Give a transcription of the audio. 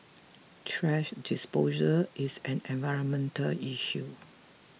thrash disposal is an environmental issue